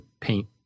paint